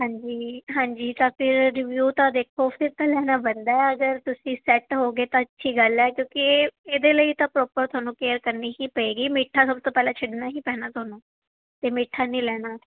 ਹਾਂਜੀ ਹਾਂਜੀ ਤਾਂ ਫਿਰ ਰਿਵਿਊ ਤਾਂ ਦੇਖੋ ਫਿਰ ਤਾਂ ਲੈਣਾ ਬਣਦਾ ਅਗਰ ਤੁਸੀਂ ਸੈੱਟ ਹੋਗੇ ਤਾਂ ਅੱਛੀ ਗੱਲ ਹੈ ਕਿਉਂਕਿ ਇਹ ਇਹਦੇ ਲਈ ਤਾਂ ਪ੍ਰੋਪਰ ਤੁਹਾਨੂੰ ਕੇਅਰ ਕਰਨੀ ਹੀ ਪਏਗੀ ਮਿੱਠਾ ਸਭ ਤੋਂ ਪਹਿਲਾਂ ਛੱਡਣਾ ਹੀ ਪੈਣਾ ਤੁਹਾਨੂੰ ਅਤੇ ਮਿੱਠਾ ਨਹੀਂ ਲੈਣਾ